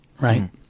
right